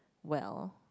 well